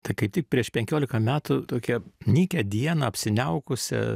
tai kaip tik prieš penkiolika metų tokią nykią dieną apsiniaukusią